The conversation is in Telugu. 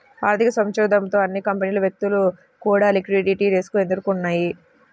ఆర్థిక సంక్షోభంతో అన్ని కంపెనీలు, వ్యక్తులు కూడా లిక్విడిటీ రిస్క్ ఎదుర్కొన్నయ్యి